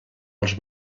als